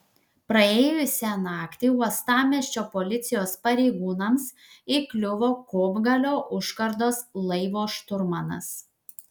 praėjusią naktį uostamiesčio policijos pareigūnams įkliuvo kopgalio užkardos laivo šturmanas